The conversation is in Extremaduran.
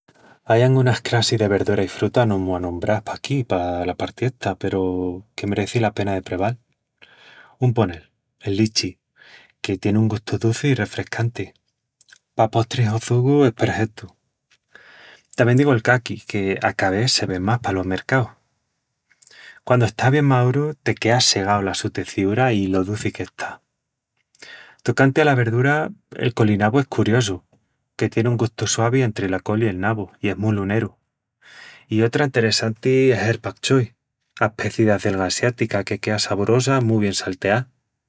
Ai angunas crassis de verdura i fruta no mu anombrás paquí pala parti esta peru que mereci la pena de preval. Un ponel, el lichi, que tien un gustu duci i refrescanti. Pa postris o çugu, es perhetu! Tamién digu el caqui, que a ca ves se ve más palos mercaus. Quandu está bien maúru, te quea segau la su teciúra i lo duci que está. Tocanti ala verdura, el colinabu es curiosu, que tien un gustu suavi entri la col i el nabu, i es mu luneru. I otra enteressanti es el pak choi, aspeci d'acelga asiática que quea saborosa mu bien salteá.